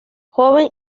joven